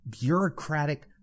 bureaucratic